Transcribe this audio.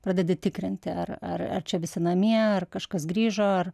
pradedi tikrinti ar ar ar čia visi namie ar kažkas grįžo ar